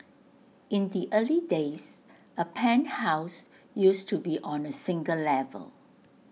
in the early days A penthouse used to be on A single level